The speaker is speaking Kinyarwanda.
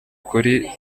kuri